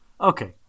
Okay